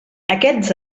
aquests